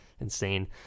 insane